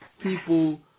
people